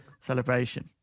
celebration